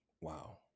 Wow